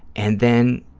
and then